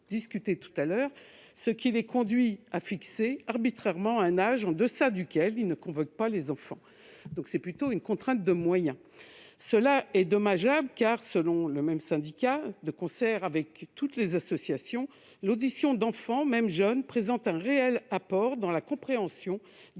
ce qui les conduit à fixer arbitrairement un âge en deçà duquel ils ne convoquent pas les enfants ». Nous faisons donc face à une contrainte de moyens. Cette situation est dommageable, car, selon le même syndicat- de concert avec toutes les associations -, l'audition d'enfants, même jeunes, présente un réel apport dans la compréhension de la